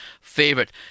favorite